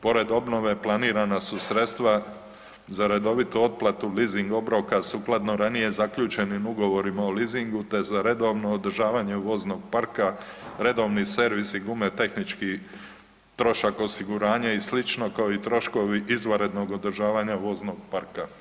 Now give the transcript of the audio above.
Pored obnove planirana su sredstva za redovitu otplatu lizing obroka sukladno ranije zaključenim ugovorima o lizingu te za redovno održavanje voznog parka, redovni servisi i gume, tehnički trošak osiguranja i sl. kao i troškovi izvanrednog održavanja voznog parka.